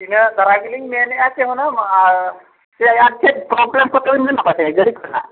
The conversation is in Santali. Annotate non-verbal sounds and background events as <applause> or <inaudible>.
ᱤᱱᱟᱹ ᱫᱟᱨᱟᱭ ᱛᱮᱞᱤᱧ ᱢᱮᱱᱮᱫ ᱪᱮ ᱦᱩᱱᱟᱹᱝ ᱟᱨ ᱪᱮᱫ ᱯᱨᱚᱵᱞᱮᱢ ᱠᱚᱛᱮ <unintelligible> ᱜᱟᱹᱰᱤ ᱠᱚᱦᱟᱸᱜ